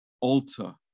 altar